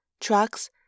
trucks